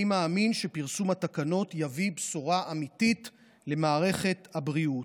אני מאמין שפרסום התקנות יביא בשורה אמיתית למערכת הבריאות.